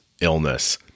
illness